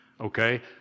Okay